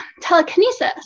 telekinesis